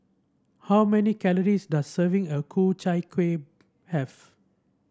how many calories does a serving of Ku Chai Kueh have